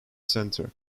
center